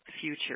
future